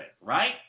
right